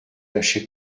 lâcher